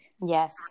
Yes